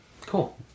Cool